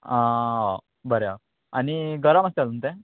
बरें आनी गरम आसता तुमी तें